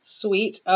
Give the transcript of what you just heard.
sweet